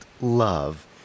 love